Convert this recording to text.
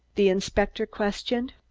the inspector questioned.